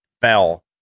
fell